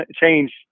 change